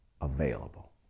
available